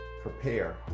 prepare